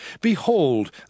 Behold